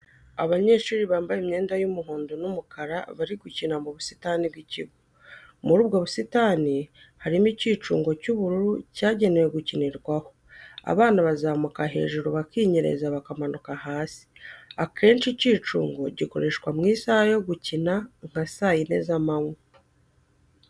Abanyeshuri bambaye imyenda y'umuhondo n'umukara bari gukina mu busitani bw'ikigo, muri ubwo busitani harimo icyicungo cy'ubururu cyagenewe gukinirwaho, abana bazamuka hejuru bakinyereza bamanuka hasi, akenshi icyicungo gikoreshwa mu isaha yo gukina nka saa yine za manywa.